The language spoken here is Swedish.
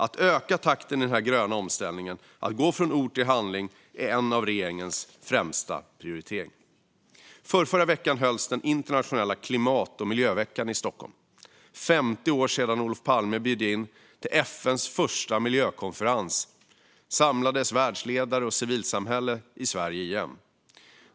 Att öka takten i den gröna omställningen, att gå från ord till handling, är en av regeringens främsta prioriteringar. Förrförra veckan hölls den internationella klimat och miljöveckan i Stockholm. När det gått 50 år sedan Olof Palme bjöd in till FN:s första miljökonferens samlades världsledare och civilsamhälle i Sverige igen.